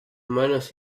manos